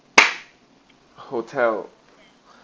hotel